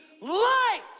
light